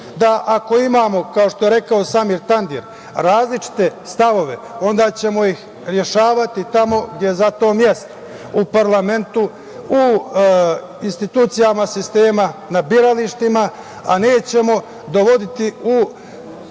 da ako imamo, kao što je rekao Samir Tandir, različite stavove, onda ćemo ih rešavati tamo gde je za to mesto – u parlamentu, u institucijama sistema, na biralištima, a nećemo dovoditi u